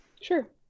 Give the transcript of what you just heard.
Sure